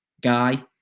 guy